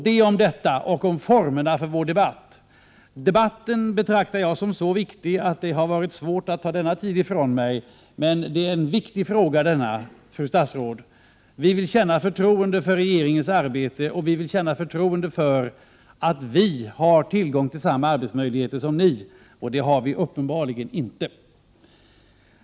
Det om detta och om formerna för vår debatt. Debatten betraktar jag som så viktig att det har varit svårt att ta denna tid ifrån min utmätta taletid. Men denna fråga är viktig, fru statsråd. Vi vill känna förtroende för regeringens arbete och vi vill känna förtroende för att vi har tillgång till samma arbetsmöjligheter som ni, och det har vi uppenbarligeninte.